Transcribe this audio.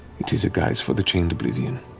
it is a guise for the chained oblivion.